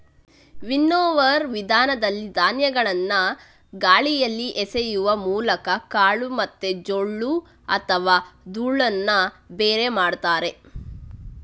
winnower ವಿಧಾನದಲ್ಲಿ ಧಾನ್ಯಗಳನ್ನ ಗಾಳಿಯಲ್ಲಿ ಎಸೆಯುವ ಮೂಲಕ ಕಾಳು ಮತ್ತೆ ಜೊಳ್ಳು ಅಥವಾ ಧೂಳನ್ನ ಬೇರೆ ಮಾಡ್ತಾರೆ